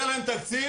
היה להם תקציב,